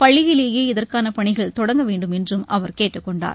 பள்ளியிலேயே இதற்கான பணிகள் தொடங்க வேண்டுமென்றும் அவர் கேட்டுக் கொண்டார்